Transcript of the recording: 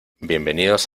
bienvenidos